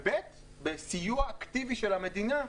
וב' בסיוע אקטיבי של המדינה.